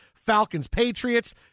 Falcons-Patriots